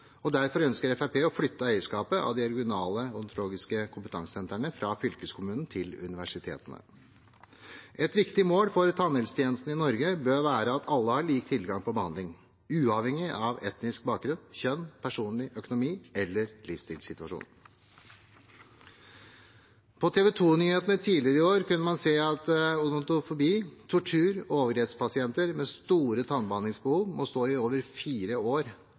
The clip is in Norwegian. og derfor ønsker Fremskrittspartiet å flytte eierskapet av de regionale odontologiske kompetansesentrene fra fylkeskommunen til universitetene. Et viktig mål for tannhelsetjenestene i Norge bør være at alle har lik tilgang på behandling, uavhengig av etnisk bakgrunn, kjønn, personlig økonomi eller livssituasjon. På TV 2-nyhetene tidligere i år kunne man se at odontofobi-, tortur- og overgrepspasienter med store tannbehandlingsbehov må stå i over fire år